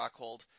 Rockhold